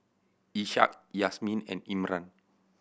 Ishak Yasmin and Imran